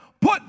put